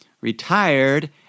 retired